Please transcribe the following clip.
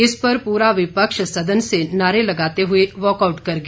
इस पर पूरा विपक्ष सदन से नारे लगाते हुए वॉकआउट कर गया